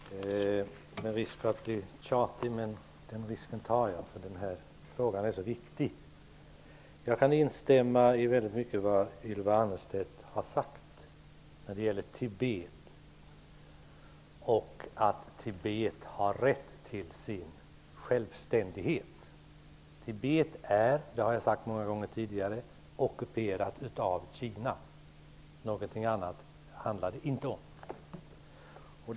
Herr talman! Det är risk att jag blir tjatig, men den risken tar jag, för den här frågan är viktig. Jag kan instämma i väldigt mycket av vad Ylva Annerstedt har sagt när det gäller Tibet och Tibets rätt till självständighet. Tibet är -- det har jag sagt många gånger tidigare -- ockuperat av Kina. Någonting annat handlar det inte om.